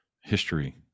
history